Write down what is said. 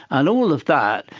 and all of that,